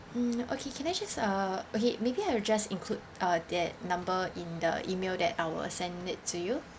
mm okay can I just uh okay maybe I will just include uh that number in the email that I'll send it to you